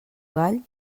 gall